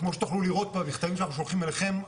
כמו שתוכלו לראות במכתבים שאנחנו שולחים אליכם,